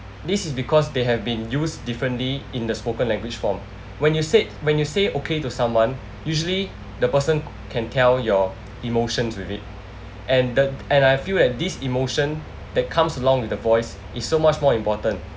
this is because they have been used differently in the spoken language form when you said when you say okay to someone usually the person can tell your emotions with it and the and I feel that this emotion that comes along with the voice is so much more important